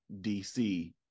DC